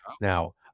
Now